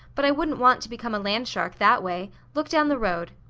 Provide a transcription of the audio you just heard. but i wouldn't want to become a land shark that way. look down the road.